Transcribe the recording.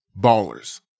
ballers